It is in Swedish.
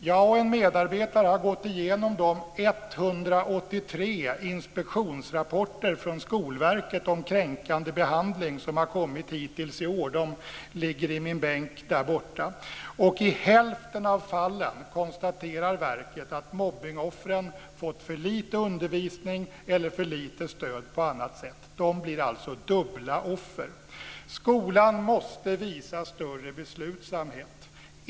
Jag och en medarbetare har gått igenom de 183 inspektionsrapporter från Skolverket om kränkande behandling som har kommit hittills i år. De ligger i min bänk. I hälften av fallen konstaterar verket att mobbningsoffren fått för lite undervisning eller för lite stöd på annat sätt. De blir alltså dubbla offer. Skolan måste visa större beslutsamhet.